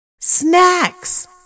Snacks